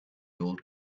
old